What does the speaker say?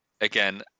Again